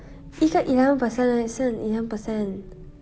剩下 eleven per cent 而已剩 eleven per cent